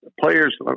Players